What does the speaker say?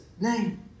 name